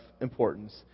importance